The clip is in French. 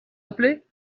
appelez